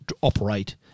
operate